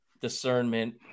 discernment